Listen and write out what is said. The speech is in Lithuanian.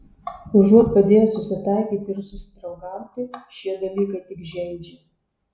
užuot padėję susitaikyti ir susidraugauti šie dalykai tik žeidžia